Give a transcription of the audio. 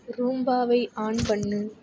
ரூம்பாவை on பண்ணு